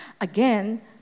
Again